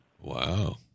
Wow